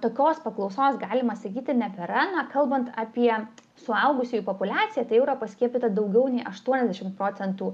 tokios paklausos galima sakyti nebėra na kalbant apie suaugusiųjų populiaciją tai jau yra paskiepyta daugiau nei aštuoniasdešimt procentų